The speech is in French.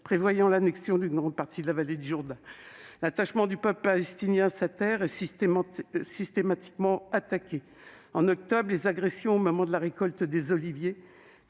prévoyant l'annexion d'une grande partie de la vallée du Jourdain. L'attachement du peuple palestinien à sa terre est systématiquement attaqué. Au mois d'octobre, les agressions au moment de la récolte des olives